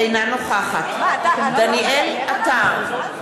אינה נוכחת דניאל עטר,